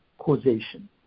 Causation